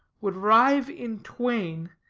would rive in twain,